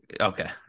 okay